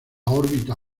órbita